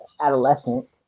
adolescent